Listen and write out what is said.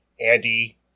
Andy